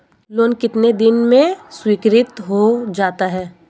Loan कितने दिन में स्वीकृत हो जाता है?